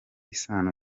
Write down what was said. isano